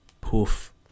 poof